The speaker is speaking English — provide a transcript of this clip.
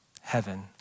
heaven